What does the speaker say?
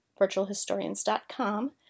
virtualhistorians.com